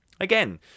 Again